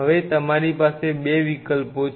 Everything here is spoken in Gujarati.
હવે તમારી પાસે બે વિકલ્પો છે